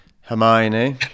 Hermione